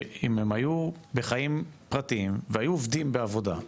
אם הם היו בחיים פרטיים והיו עובדים בעבודה,